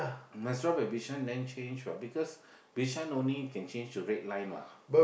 must drop at Bishan then change what because Bishan only you can change to red line what